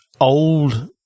old